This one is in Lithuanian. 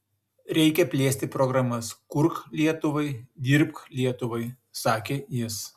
reikia plėsti programas kurk lietuvai dirbk lietuvai sakė jis